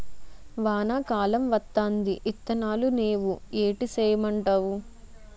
వానా కాలం వత్తాంది ఇత్తనాలు నేవు ఏటి సేయమంటావు